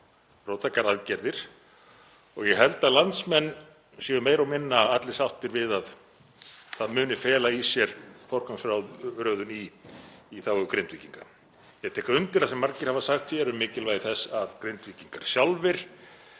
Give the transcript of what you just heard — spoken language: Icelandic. róttækar aðgerðir. Ég held að landsmenn séu meira og minna allir sáttir við að það muni fela í sér forgangsröðun í þágu Grindvíkinga. Ég tek undir það sem margir hafa sagt hér um mikilvægi þess að Grindvíkingar sjálfir